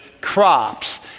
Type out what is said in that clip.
crops